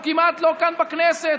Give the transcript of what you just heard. הוא כמעט לא כאן בכנסת,